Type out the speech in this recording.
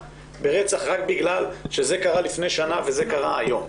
ברצח רק בגלל שזה קרה לפני שנה וזה קרה היום.